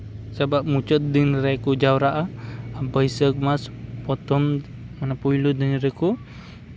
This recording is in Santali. ᱪᱟᱵᱟᱜ ᱢᱩᱪᱟᱹᱫ ᱫᱤᱱ ᱨᱮᱠᱚ ᱡᱟᱣᱨᱟᱜᱼᱟ ᱵᱟᱹᱭᱥᱟᱹᱠᱷ ᱢᱟᱥ ᱯᱨᱚᱛᱷᱚᱢ ᱚᱱᱟ ᱯᱳᱭᱞᱳ ᱫᱤᱱ ᱨᱮᱠᱚ